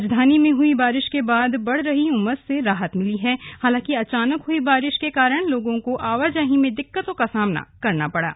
राजधानी में हुई बारिश के बाद बढ़ रही उमस से राहत मिली है हालांकि अचानक हुई बारिश के कारण लोगों को आवाजाही में दिक्कतों का सामना करना पड़ा